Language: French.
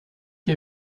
qui